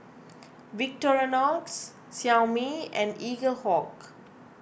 Victorinox Xiaomi and Eaglehawk